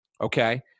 okay